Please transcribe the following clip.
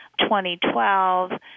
2012